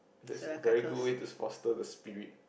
that's a very good way to foster the spirit